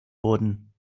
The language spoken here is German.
wurden